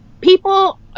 people